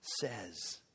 says